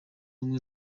ubumwe